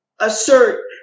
Assert